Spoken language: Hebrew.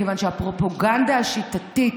מכיוון שהפרופגנדה השיטתית